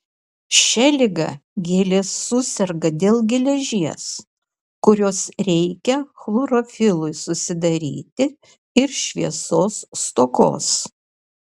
šia liga gėlės suserga dėl geležies kurios reikia chlorofilui susidaryti ir šviesos stokos